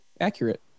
accurate